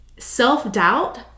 Self-doubt